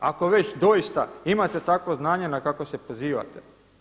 Ako već doista imate takvo znanje na kakvo se pozivate.